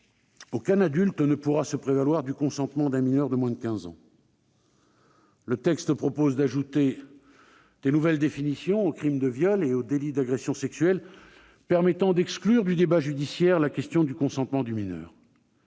aucun adulte ne pourra se prévaloir du consentement d'un mineur de 15 ans. Le texte prévoit d'ajouter de nouvelles définitions au crime de viol et au délit d'agression sexuelle, qui permettent d'exclure du débat judiciaire la question du consentement du mineur.